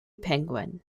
penguin